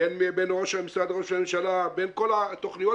בין משרד ראש הממשלה ובין כל התוכניות,